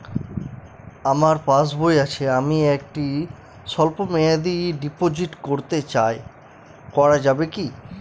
আমার পাসবই আছে আমি একটি স্বল্পমেয়াদি ডিপোজিট করতে চাই করা যাবে কি?